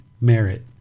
merit